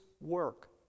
work